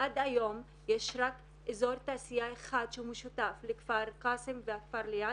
עד היום יש רק אזור תעשייה אחד שהוא משותף לכפר קאסם ולכפר ליד,